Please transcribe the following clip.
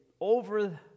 over